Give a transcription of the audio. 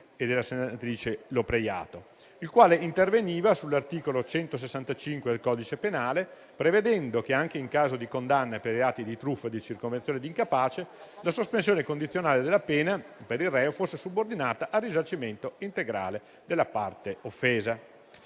e della senatrice Lopreiato, il quale interveniva sull'articolo 165 del codice penale, prevedendo che, anche in caso di condanna per i reati di truffa e di circonvenzione di incapace, la sospensione condizionale della pena per il reo fosse subordinata al risarcimento integrale della parte offesa.